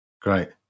Great